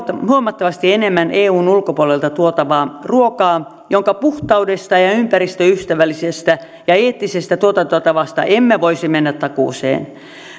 huomattavasti enemmän eun ulkopuolelta tuotavaa ruokaa jonka puhtaudesta ja ja ympäristöystävällisestä ja eettisestä tuotantotavasta emme voisi mennä takuuseen